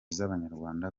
z’abanyarwanda